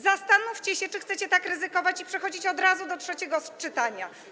Zastanówcie się, czy chcecie tak ryzykować i przechodzić od razu do trzeciego czytania.